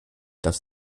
dass